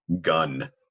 Gun